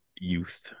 youth